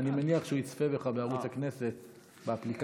אני מניח שהוא יצפה בך בערוץ הכנסת באפליקציה.